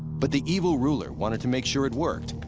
but the evil ruler wanted to make sure it worked.